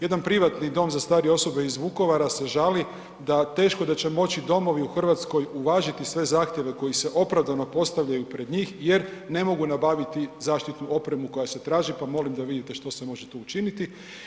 Jedan privatni dom za starije osobe iz Vukovara se žali da teško da će moći domovi u RH uvažiti sve zahtjeve koji se opravdano postavljaju pred njih jer ne mogu nabaviti zaštitnu opremu koja se traži, pa molim da vidite što se može tu učiniti.